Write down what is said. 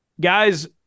guys